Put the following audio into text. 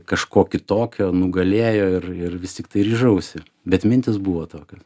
kažko kitokio nugalėjo ir ir vis tiktai ryžausi bet mintys buvo tokios